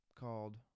called